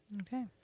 Okay